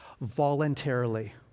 voluntarily